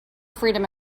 freedom